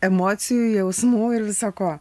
emocijų jausmų ir viso ko